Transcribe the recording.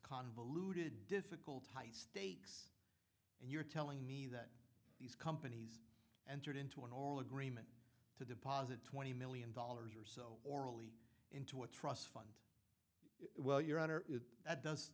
convoluted difficult high stakes and you're telling me that these companies and turned into an oral agreement to deposit twenty million dollars or so orally into a trust fund well your honor is that does